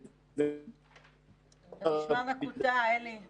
--- אתה נשמע מקוטע, אלי.